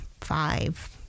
five